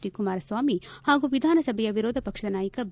D Kumaraswamy ಹಾಗೂ ವಿಧಾನಸಭೆಯ ವಿರೋಧ ಪಕ್ಷದ ನಾಯಕ ಬಿ